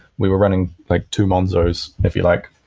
we were running like two monzos, if you like.